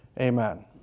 amen